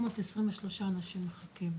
823 אנשים מחכים.